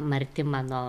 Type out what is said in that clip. marti mano